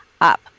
up